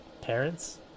parents